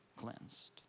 cleansed